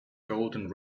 golden